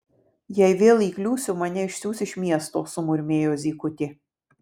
jei vėl įkliūsiu mane išsiųs iš miesto sumurmėjo zykutė